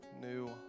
new